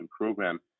program